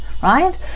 right